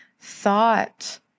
thought